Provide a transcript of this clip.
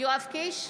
יואב קיש,